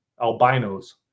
Albinos